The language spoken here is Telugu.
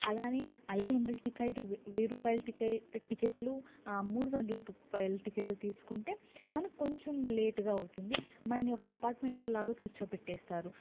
అలానే ఐదు వందల టికెట్ వెయ్యి రూపాయల టికెట్లు మూడు వందల రూపాయల టికెట్లు తీసుకుంటే మనకు కొంచెం లేట్గా అవుతుంది మనని ఒక అపార్ట్మెంట్లో లాగా కూర్చోపెట్టేస్తారు